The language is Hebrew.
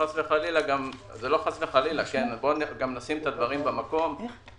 חמש שנים זו גם היתה המלצה